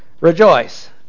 Rejoice